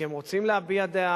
כי הם רוצים להביע דעה,